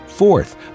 Fourth